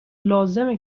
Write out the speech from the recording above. لازمه